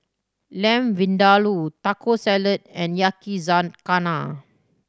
Lamb Vindaloo Taco Salad and Yakizakana